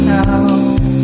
now